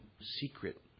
secret